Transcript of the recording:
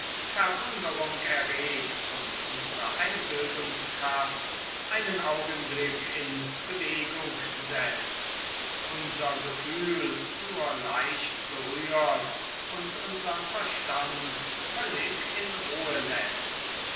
verwunderung erregt und unsere einbildungskraft einen augenblick in bewegung setzt unser gefühl nur leicht berührt und unsern verstand völlig in ruhe läßt